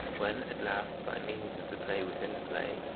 when, at last, by means of the play within the play,